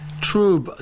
True